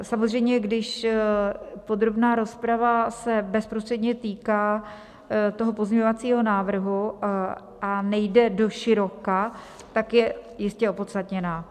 Samozřejmě když se podrobná rozprava bezprostředně týká pozměňovacího návrhu a nejde doširoka, tak je jistě opodstatněná.